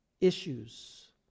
issues